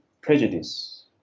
prejudice